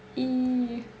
!ee!